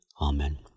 Amen